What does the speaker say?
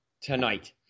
tonight